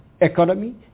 economy